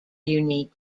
unique